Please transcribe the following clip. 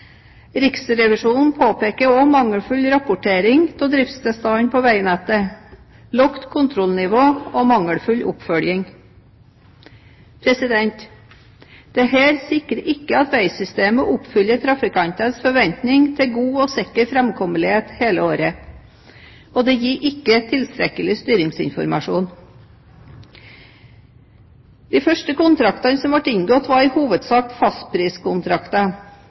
Riksrevisjonen påpeker også mangelfull rapportering om driftstilstanden på veinettet, lavt kontrollnivå og mangelfull oppfølging. Dette sikrer ikke at veisystemet oppfyller trafikantenes forventninger til god og sikker framkommelighet hele året, og det gir ikke tilstrekkelig styringsinformasjon. De første kontraktene som ble inngått, var i hovedsak fastpriskontrakter.